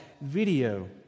video